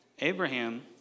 Abraham